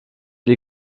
die